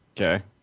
okay